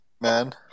man